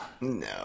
No